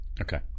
Okay